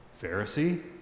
Pharisee